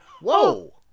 Whoa